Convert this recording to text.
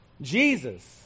Jesus